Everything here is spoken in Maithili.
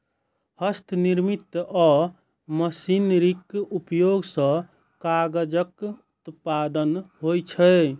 हस्तनिर्मित आ मशीनरीक उपयोग सं कागजक उत्पादन होइ छै